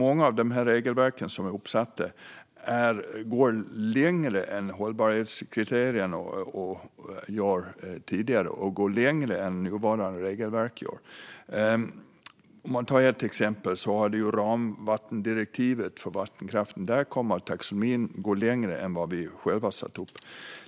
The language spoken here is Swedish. Många av regelverken går också längre än de tidigare hållbarhetskriterierna och nuvarande regelverk. Jag ska ta ett exempel: ramdirektivet om vatten och vattenkraften. Där kommer taxonomin att gå längre än det som vi själva har ställt upp.